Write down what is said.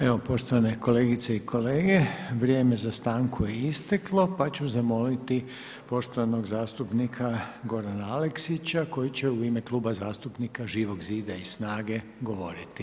Evo poštovane kolegice i kolege, vrijeme za stanku je isteklo pa ću zamoliti poštovanog zastupnika Gorana Aleksića koji će u ime Kluba zastupnika Živog zida i SNAGA-e govoriti.